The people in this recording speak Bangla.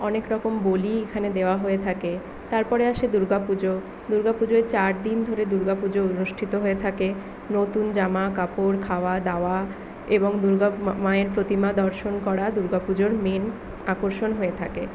অনেক রকম বলি এখানে দেওয়া হয়ে থাকে তারপরে আসে দুর্গাপুজো দুর্গাপুজোয় চারদিন ধরে দুর্গাপুজো অনুষ্ঠিত হয়ে থাকে নতুন জামাকাপড় খাওয়া দাওয়া এবং দুর্গা মায়ের প্রতিমা দর্শন করা দুর্গাপুজোর মেন আকর্ষণ হয়ে থাকে